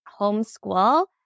homeschool